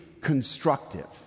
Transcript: constructive